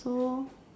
so